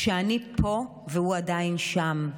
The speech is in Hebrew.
כשאני פה והוא עדיין שם,